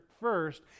First